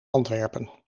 antwerpen